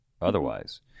otherwise